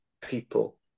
people